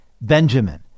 Benjamin